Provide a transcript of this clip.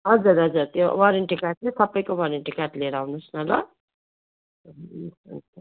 हजुर हजुर त्यो वारेन्टी कार्ड चाहिँ सबैको वारेन्टी कार्ड लिएर आउनोस् न ल